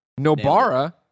Nobara